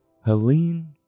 Helene